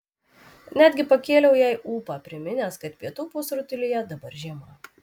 netgi pakėliau jai ūpą priminęs kad pietų pusrutulyje dabar žiema